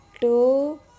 two